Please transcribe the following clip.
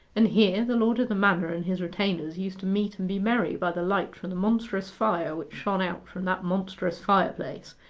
and here the lord of the manor and his retainers used to meet and be merry by the light from the monstrous fire which shone out from that monstrous fire-place,